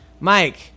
Mike